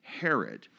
Herod